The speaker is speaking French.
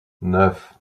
neuf